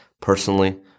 personally